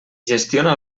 gestiona